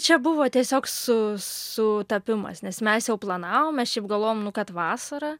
čia buvo tiesiog su sutapimas nes mes jau planavom mes šiaip galvom nu kad vasarą